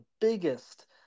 biggest